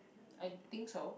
I think so